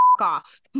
off